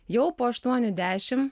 jau po aštuonių dešim